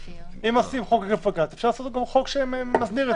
אם עושים חוק עוקף בג"ץ אז אפשר גם לעשות חוק שמסדיר את הדברים האלה.